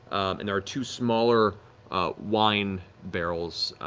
and there are two smaller wine barrels.